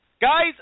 Guys